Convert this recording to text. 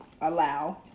allow